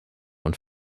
und